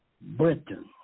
Britain